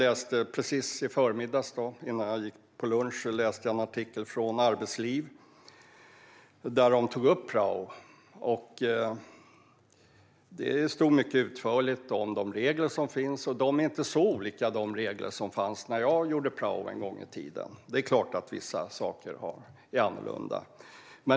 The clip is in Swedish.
I förmiddags läste jag en artikel om prao i tidningen Arbetsliv, och det stod mycket utförligt om de regler som finns. De är inte så olika de regler som fanns när jag gjorde prao en gång i tiden, men det är klart att vissa saker är annorlunda.